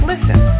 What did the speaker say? Listen